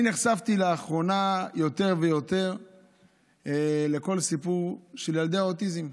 אני נחשפתי לאחרונה יותר ויותר לכל הסיפור של ילדי האוטיזם.